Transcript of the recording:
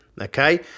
Okay